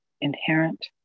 inherent